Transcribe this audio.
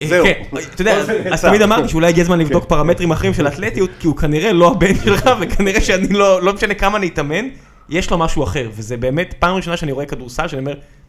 זהו. אתה יודע, תמיד אמרתי שאולי יגיע זמן לבדוק פרמטרים אחרים של אתלטיות, כי הוא כנראה לא הבן שלך, וכנראה שאני לא משנה כמה אני אתאמן, יש לו משהו אחר, וזה באמת פעם ראשונה שאני רואה כדורסל שאני אומר...